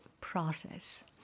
process